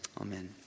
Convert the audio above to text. Amen